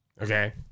Okay